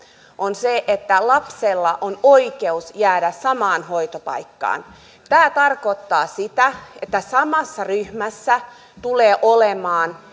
on se että lapsella on oikeus jäädä samaan hoitopaikkaan tämä tarkoittaa sitä että samassa ryhmässä tulee olemaan